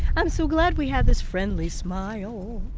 i'm so glad we had this friendly smile.